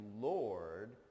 Lord